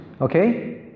okay